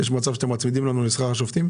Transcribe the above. יש מצב שאתם מצמידים את השכר שלנו לשכר השופטים?